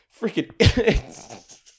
Freaking